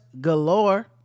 galore